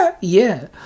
Yeah